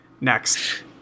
Next